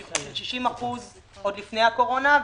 של 60% עוד לפני הקורונה,